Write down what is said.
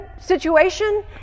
situation